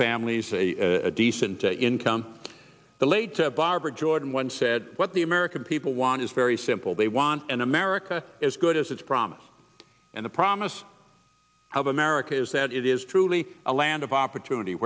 families a decent income laid to barbara jordan once said what the american people want is very simple they want an america as good as its promise and the promise of america is that it is truly a land of opportunity